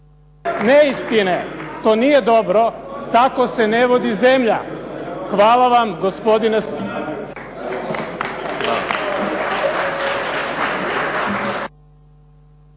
neistine. To nije dobro. Tako se ne vodi zemlja. Hvala vam gospodine